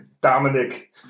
Dominic